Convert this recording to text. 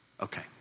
okay